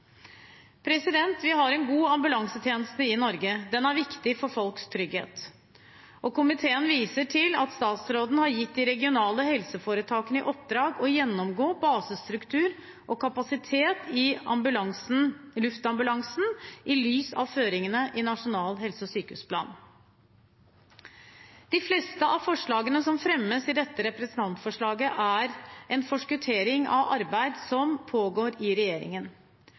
Vi har en god ambulansetjeneste i Norge, den er viktig for folks trygghet. Komiteen viser til at statsråden har gitt de regionale helseforetakene i oppdrag å gjennomgå basestruktur og kapasitet i luftambulansen i lys av føringene i Nasjonal helse- og sykehusplan. De fleste av forslagene som fremmes i dette representantforslaget, er en forskuttering av et arbeid som pågår i regjeringen.